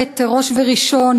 ראש וראשון,